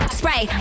spray